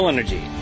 Energy